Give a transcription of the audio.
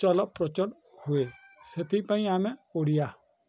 ଚଲ ପ୍ରଚଲ ହୁଏ ସେଥିପାଇଁ ଆମେ ଓଡ଼ିଆ